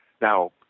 Now